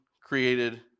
created